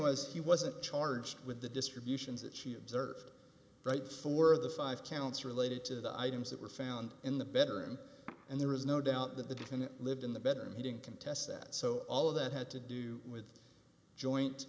was he wasn't charged with the distributions that she observed right for the five counts related to the items that were found in the better and there is no doubt that the defendant lived in the bedroom eating contests that so all of that had to do with joint